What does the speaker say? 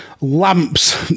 lamps